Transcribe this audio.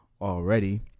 already